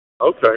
Okay